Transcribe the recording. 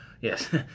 Yes